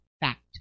fact